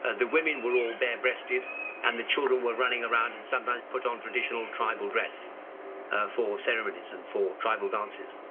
ah the women were all bare-breasted and the children were running around and sometimes put on traditional tribal dress for ceremonies and for tribal dances.